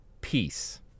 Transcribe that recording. peace